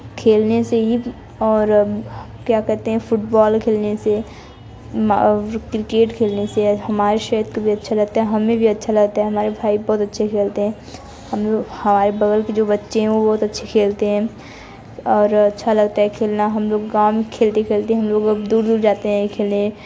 खेलने से ही और क्या कहते हैं फुटबॉल खेलने से क्रिकेट खेलने से हमारे क्षेत्र को भी अच्छा रहता है हमें भी अच्छा लगता है हमारे भाई बहुत अच्छे खेलते हैं हम लोग हमारे बगल के जो बच्चे हो वो बहुत अच्छे खेलते हैं और अच्छा लगता है खेलने हम लोग गाँव में खेलते खेलते हम लोग दूर जाते हैं खेलने